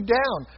down